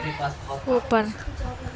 اوپر